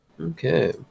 okay